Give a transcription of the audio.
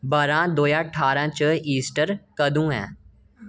बारां दो ज्हार ठारां च ईस्टर कदूं ऐ